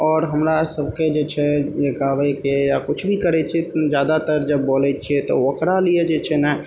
आओर हमरा सबके जे छै गाबयके या किछु भी करय छियै जादातर जब बोलय छियै तऽ ओकरा लिये जे छै ने